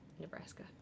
nebraska